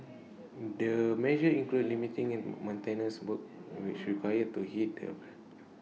the measures include limiting maintenance work which requires to heat